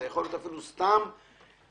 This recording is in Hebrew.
זה יכול להיות אפילו סתם אוניברסיטה,